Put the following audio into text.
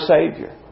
Savior